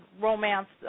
romance